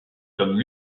comme